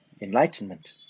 enlightenment